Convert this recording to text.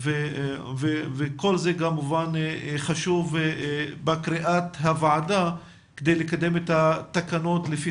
וכל זה כמובן חשוב בקריאת הוועדה כדי לקדם את התקנות לפי